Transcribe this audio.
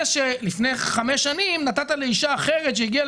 זה שלפני חמש שנים נתת לאישה אחרת הגיעה